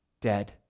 dead